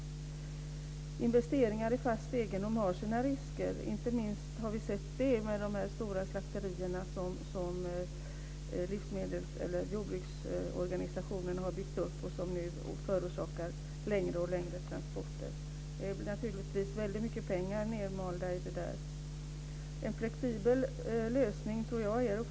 Investeringar i fast egendom har sina risker. Det har vi sett inte minst i samband med de stora slakterier som jordbruksorganisationerna har byggt upp och som nu förorsakar längre och längre transporter. Det är naturligtvis väldigt mycket pengar nedplöjt i dessa slakterier. En flexibel lösning är att föredra.